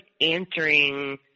answering